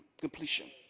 completion